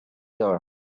there